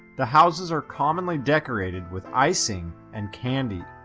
the houses are commonly decorated with icing and candy.